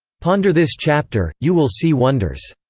ponder this chapter you will see wonders!